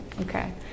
okay